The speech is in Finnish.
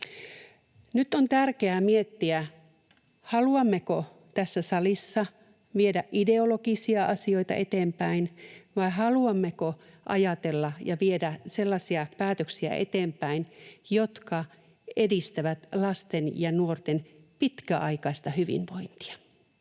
Nyt on tärkeää miettiä, haluammeko tässä salissa viedä ideologisia asioita eteenpäin vai haluammeko ajatella ja viedä sellaisia päätöksiä eteenpäin, jotka edistävät lasten ja nuorten pitkäaikaista hyvinvointia.